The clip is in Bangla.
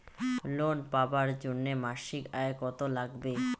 লোন পাবার জন্যে মাসিক আয় কতো লাগবে?